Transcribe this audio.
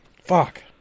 Fuck